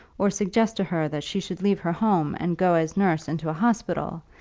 or suggest to her that she should leave her home and go as nurse into a hospital,